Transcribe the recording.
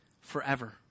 forever